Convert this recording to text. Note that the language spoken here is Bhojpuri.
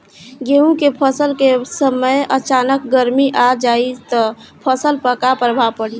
गेहुँ के फसल के समय अचानक गर्मी आ जाई त फसल पर का प्रभाव पड़ी?